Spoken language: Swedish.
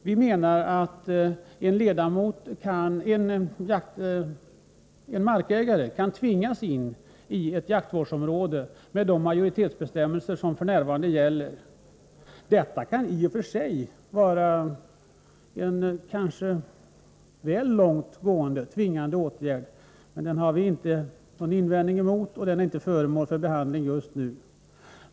Vi menar att en markägare, med de majoritetsbestämmelser som f.n. gäller, kan tvingas in i ett jaktvårdsområde. Detta kan i och för sig vara en kanske väl långtgående tvingande åtgärd, men vi har ingen invändning emot dessa bestämmelser, och den frågan är inte föremål för behandling just nu.